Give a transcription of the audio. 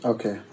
Okay